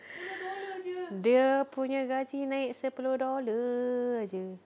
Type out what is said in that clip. dia punya gaji naik sepuluh dollar jer